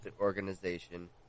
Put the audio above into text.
organization